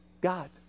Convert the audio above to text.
God